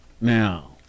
Now